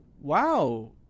wow